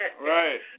right